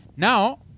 Now